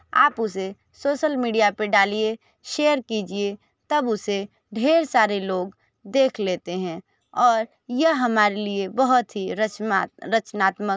आप उसे social media पर डालिए शेयर कीजिए तब उसे ढ़ेर सारे लोग देख लेते हैं और यह हमारे लिए बहुत ही रचमात रचनात्मक